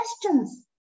questions